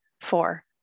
Four